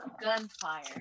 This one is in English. gunfire